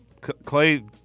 Clay